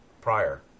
prior